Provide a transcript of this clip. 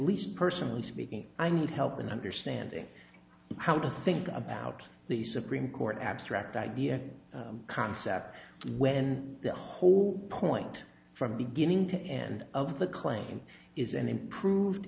least personally speaking i need help in understanding how to think about the supreme court abstract idea concept when the whole point from beginning to end of the claim is an improved